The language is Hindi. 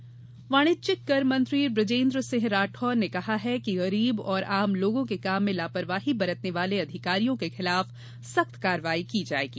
बुजेन्द्र सिंह वाणिज्यिक कर मंत्री बुजेन्द्र सिंह राठौर ने कहा है कि गरीब और आम लोगों के काम में लापरवाही बरतने वाले अधिकारियों के खिलाफ सख्त कार्रवाई की जायेगी